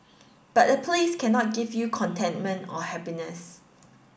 but a place cannot give you contentment or happiness